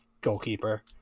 goalkeeper